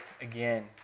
again